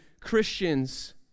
Christians